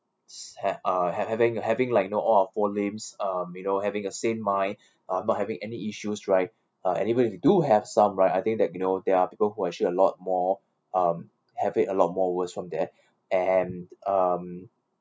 s~ have uh have having having like you know all our four limbs uh you know having a same mind uh not having any issues right uh and even if you do have some right I think that you know there are people who actually a lot more um have it a lot more worse from there and um